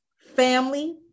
Family